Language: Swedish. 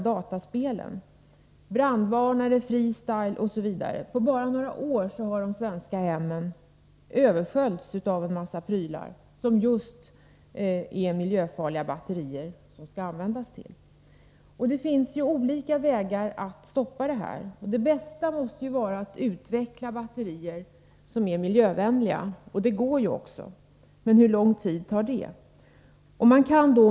Också brandvarnare, free-style m.m. kräver sådana batterier. På bara några år har de svenska hemmen översköljts av en mängd prylar som kräver just miljöfarliga batterier. På olika vägar kan man stoppa den här utvecklingen. Det bästa måste vara att man utvecklar batterier som är miljövänliga. Det är möjligt, men hur lång tid måste vi vänta?